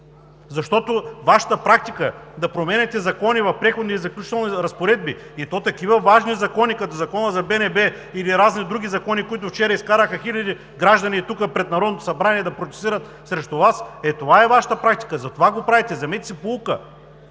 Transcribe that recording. защото Вашата практика да променяте закони в Преходните и заключителните разпоредби – и то такива важни закони, като Закона за БНБ или разни други закони, които вчера изкараха хиляди граждани тук пред Народното събрание да протестират срещу Вас – ето това е Вашата практика, затова го правите. Вземете си поука!